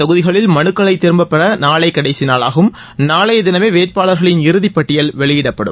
தொகுதிகளில் மனுக்களை திரும்ப பெற நாளை கடைசி நாளாகும் நாளைய தினமே இந்த வேட்பாளர்களின் இறுதி பட்டியல் வெளியிடப்படும்